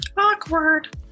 Awkward